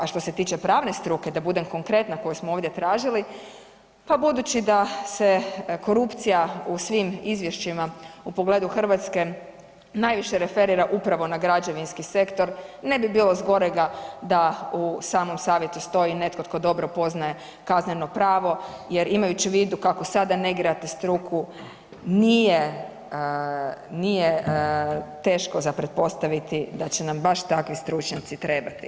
A što se tiče pravne struke da budem konkretna, koju smo ovdje tražili, pa budući da se korupcija u svim izvješćima u pogledu Hrvatske najviše referira upravo na građevinski sektor ne bi bilo zgorega da u samom savjetu stoji netko tko dobro poznaje kazneno pravo jer imajući u vidu kako sada negirate struku nije, nije teško za pretpostaviti da će nam baš takvi stručnjaci trebati.